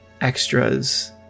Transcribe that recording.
extras